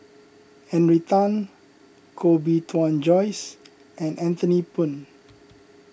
Henry Tan Koh Bee Tuan Joyce and Anthony Poon